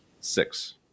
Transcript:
six